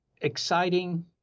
exciting